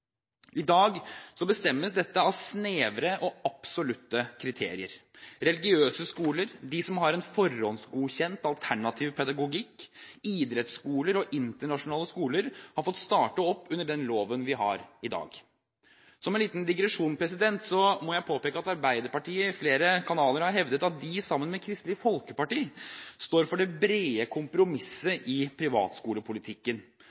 I dag bestemmes dette av snevre og absolutte kriterier: Religiøse skoler, de som har en forhåndsgodkjent alternativ pedagogikk, idrettsskoler og internasjonale skoler har fått starte under den loven vi i dag har. Som en liten digresjon må jeg påpeke at Arbeiderpartiet i flere kanaler har hevdet at de sammen med Kristelig Folkeparti står for det brede